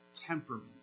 temperament